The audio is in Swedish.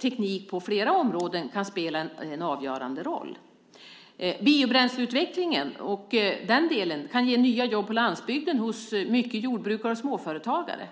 teknik på många områden, kan spela en avgörande roll. Biobränsleutvecklingen kan ge nya jobb på landsbygden hos jordbrukare och småföretagare.